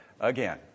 again